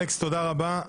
אלכס, תודה רבה.